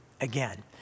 again